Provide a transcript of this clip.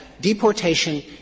Deportation